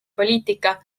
poliitika